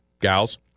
gals